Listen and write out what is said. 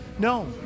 No